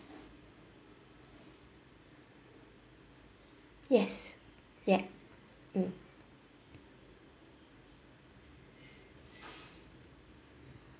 yes yup mm